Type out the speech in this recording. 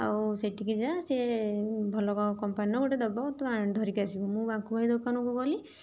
ଆଉ ସେଠିକି ଯା ସେ ଭଲ କମ୍ପାନୀର ଗୋଟେ ଦବ ତୁ ଧରିକି ଆସିବ ମୁଁ ବାଙ୍କୁ ଭାଇ ଦୋକାନକୁ ଗଲି